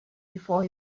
before